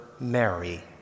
Mary